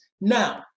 Now